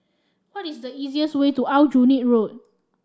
what is the easiest way to Aljunied Road